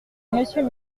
monsieur